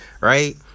right